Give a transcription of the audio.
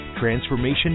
Transformation